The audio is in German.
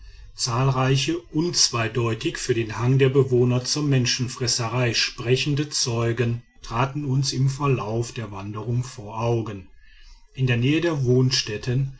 zahlreiche unzweideutig für den hang der bewohner zur menschenfresserei sprechende zeugen traten uns im verlauf der wanderung vor augen in der nähe der wohnstätten